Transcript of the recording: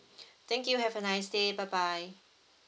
thank you have a nice day bye bye